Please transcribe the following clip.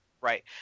Right